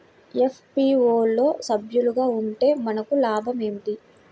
FPO లో సభ్యులుగా ఉంటే మనకు లాభం ఏమిటి?